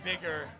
bigger